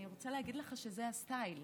אז אני רוצה להגיד לך שזה הסטייל.